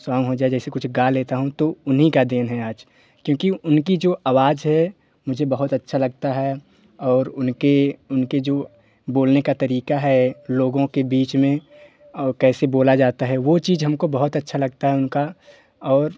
song हो जा जैसे कुछ गा लेता हूँ तो उन्हीं की देन है आज क्योंकि उनकी जो आवाज़ है मुझे बहुत अच्छा लगता है और उनके उनके जो बोलने का तरीक़ा है लोगों के बीच में कैसे बोला जाता है वो चीज़ हम को बहुत अच्छा लगता है उनका और